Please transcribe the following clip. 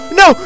no